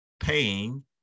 paying